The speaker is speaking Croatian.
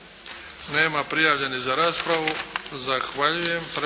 Nema prijavljenih za raspravu. Zahvaljujem.